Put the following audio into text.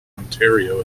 ontario